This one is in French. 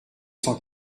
cent